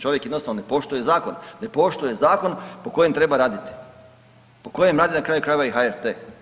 Čovjek jednostavno ne poštuje zakon, ne poštuje zakon po kojem treba raditi, po kojem radi na kraju krajeva i HRT.